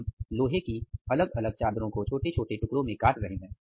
हम लोहे की अलग अलग चादरों को छोटे छोटे भागों में काट रहे हैं